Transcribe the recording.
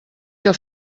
que